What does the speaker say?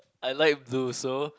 I like blue so